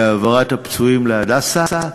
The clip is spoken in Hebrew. בהעברת הפצועים ל"הדסה".